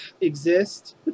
exist